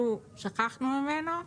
כאילו שכחנו מזה.